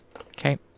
Okay